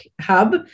hub